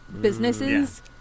businesses